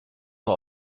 nur